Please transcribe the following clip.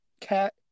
Cat